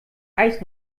eis